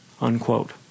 Unquote